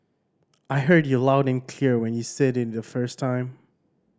I heard you loud and clear when you said it the first time